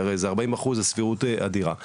זה הרי 40% זה סבירות אדירה.